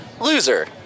Loser